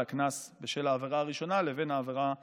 הקנס בשל העבירה הראשונה לבין העבירה הנוספת.